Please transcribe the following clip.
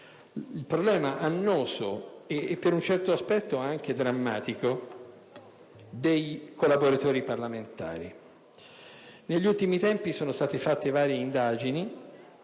il problema annoso e per un certo aspetto anche drammatico dei collaboratori parlamentari. Negli ultimi tempi, sono state fatte varie indagini